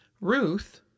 Ruth